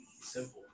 simple